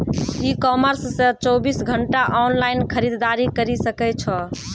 ई commerce से चौबीस घंटा ऑनलाइन खरीदारी करी सकै छो